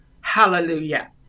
Hallelujah